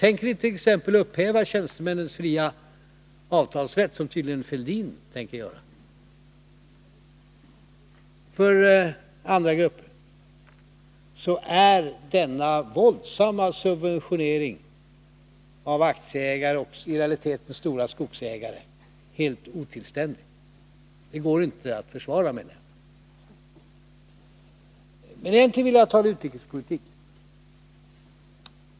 Tänker ni t.ex. upphäva tjänstemännens fria avtalsrätt, något som tydligen Thorbjörn Fälldin vill göra? För andra grupper är denna våldsamma subventionering av aktieägare och i realiteten stora skogsägare helt otillständig. Den går inte att försvara. Men egentligen vill jag tala utrikespolitik.